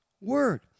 word